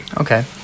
Okay